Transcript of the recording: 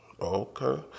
Okay